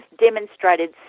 demonstrated